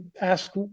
ask